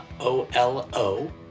O-L-O